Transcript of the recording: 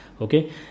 Okay